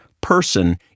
person